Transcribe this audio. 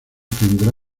tendrá